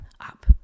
up